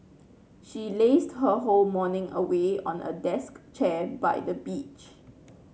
she lazed her whole morning away on a desk chair by the beach